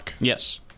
Yes